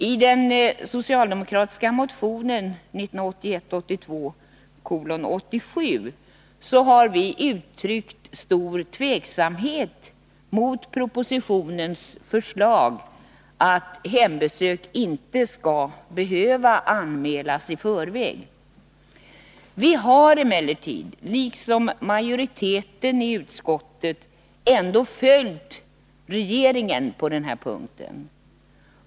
I den socialdemokratiska motionen 1981/82:87 har vi uttryckt stor tveksamhet mot propositionens förslag att hembesök inte skall behöva anmälas i förväg. Vi har emellertid, liksom majoriteten i utskottet, ändå följt regeringens förslag på denna punkt.